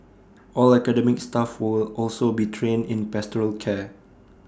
all academic staff will also be trained in pastoral care